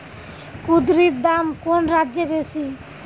কুঁদরীর দাম কোন রাজ্যে বেশি?